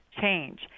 change